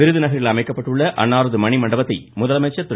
விருதுநகரில் அமைக்கப்பட்டுள்ள அன்னாரது மணிமண்டபத்தை முதலமைச்சர் திரு